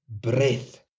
breath